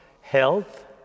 health